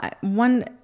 One